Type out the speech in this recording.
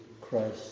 Christ